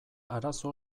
arazo